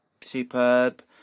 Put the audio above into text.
superb